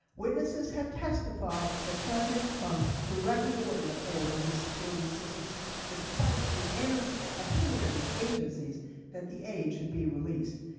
witnesses have testified that president trump directly ordered a hold on this security assistance despite the and and ah opinion of his agencies that the aid should be released.